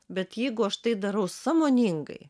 bet jeigu aš tai darau sąmoningai